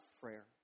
prayer